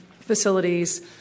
facilities